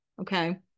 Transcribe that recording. okay